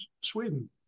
Sweden